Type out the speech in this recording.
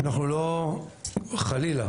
אנחנו חלילה,